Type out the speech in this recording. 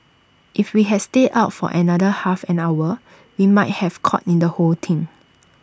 if we had stayed out for another half an hour we might have caught in the whole thing